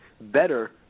Better